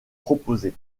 proposés